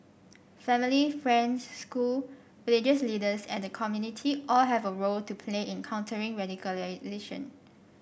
family friends school religious leaders and the community all have a role to play in countering radicalisation